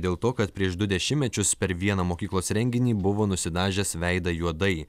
dėl to kad prieš du dešimtmečius per vieną mokyklos renginį buvo nusidažęs veidą juodai